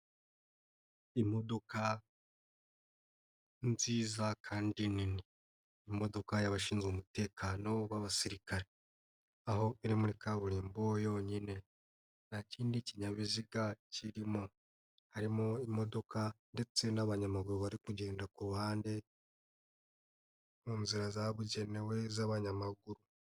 Imodoka nziza kandi nini, imodoka y'abashinzwe umutekano w'abasirikare aho iri muri kaburimbo yonyine, nta kindi kinyabiziga kirimo, harimo imodoka ndetse n'abanyamaguru bari kugenda ku ruhande mu nzira zabugenewe z'abanyamaguru.